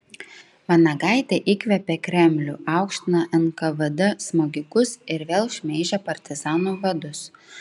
vanagaitė įkvėpė kremlių aukština nkvd smogikus ir vėl šmeižia partizanų vadus